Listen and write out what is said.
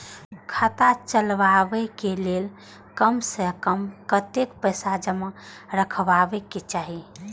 खाता चलावै कै लैल कम से कम कतेक पैसा जमा रखवा चाहि